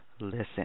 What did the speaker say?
Listen